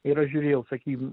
ir aš žiūrėjau sakykim